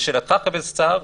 לשאלתך, חבר הכנסת סער,